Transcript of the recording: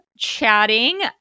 Chatting